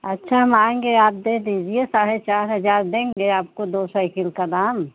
अच्छा हम आएँगे आप दे दीजिए साढ़े चार हजार देंगे आपको दो सइकिल का दाम